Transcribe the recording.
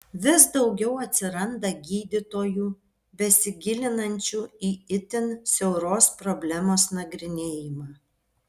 vis daugiau atsiranda gydytojų besigilinančių į itin siauros problemos nagrinėjimą